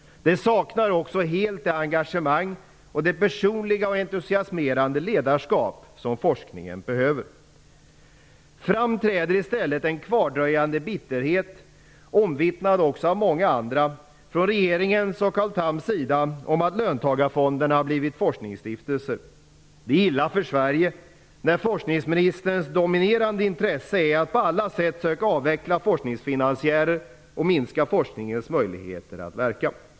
Det saknar också helt engagemang och det personliga och entusiasmerande ledarskap som forskningen behöver. Fram träder i stället en kvardröjande bitterhet, omvittnad av också många andra, från regeringens och Carl Thams sida över att löntagarfonderna har blivit forskningsstiftelser. Det är illa för Sverige när forskningsministerns dominerande intresse är att på alla sätt söka avveckla forskningsfinansiärer och minska forskningens möjligheter att verka.